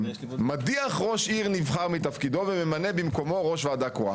מדיח ראש עיר נבחר מתפקידו וממנה במקומו ראש ועדה קרואה.